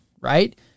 Right